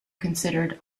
considered